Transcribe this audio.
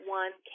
one